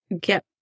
get